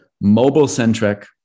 Mobile-centric